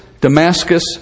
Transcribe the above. Damascus